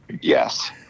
Yes